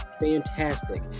Fantastic